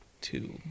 two